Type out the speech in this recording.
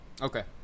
Okay